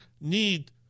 need